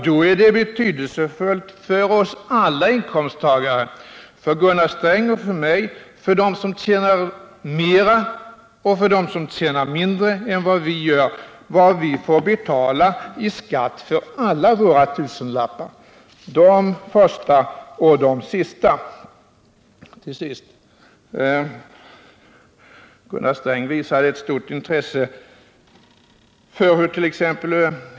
Då är det betydelsefullt för alla inkomsttagare — för Gunnar Sträng och för mig, för dem som tjänar mera och för dem som tjänar mindre än vad vi gör — vad de får betala i skatt för alla sina tusenlappar, de första och de sista. Gunnar Sträng visar stort intresse för hurt.ex.